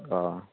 ꯑꯥ